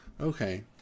okay